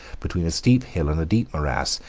between a steep hill and a deep morass,